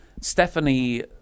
Stephanie